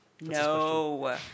No